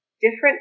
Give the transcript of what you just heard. different